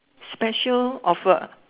special offer